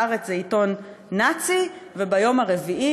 ביום השלישי "הארץ" זה עיתון נאצי וביום הרביעי